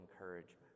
encouragement